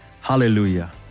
Hallelujah